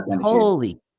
Holy